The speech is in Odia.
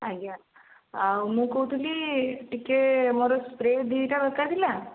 ଆଜ୍ଞା ଆଉ ମୁଁ କହୁଥିଲି ଟିକେ ମୋର ସ୍ପ୍ରେ ଦୁଇଟା ଦରକାର ଥିଲା